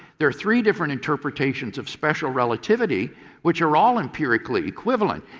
there are three different interpretations of special relativity which are all empirically equivalent.